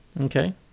Okay